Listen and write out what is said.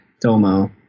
Domo